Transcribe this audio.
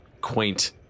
quaint